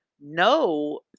no